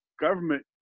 government